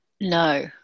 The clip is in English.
No